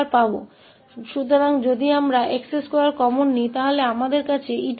इसलिए यदि हम x2 उभयनिष्ठ लें तो हमारे पास यह e s1x2 है